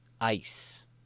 ice